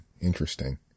Interesting